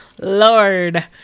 Lord